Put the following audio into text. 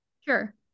sure